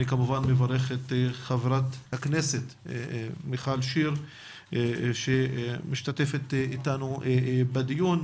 אני כמובן מברך את חברת הכנסת מיכל שיר שמשתתפת איתנו בדיון,